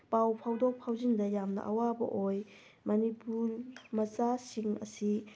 ꯄꯥꯎ ꯐꯥꯎꯗꯣꯛ ꯐꯥꯎꯖꯤꯟꯗ ꯌꯥꯝꯅ ꯑꯋꯥꯕ ꯑꯣꯏ ꯃꯅꯤꯄꯨꯔ ꯃꯆꯥꯁꯤꯡ ꯑꯁꯤ